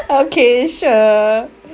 okay sure